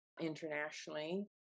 internationally